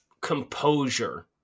composure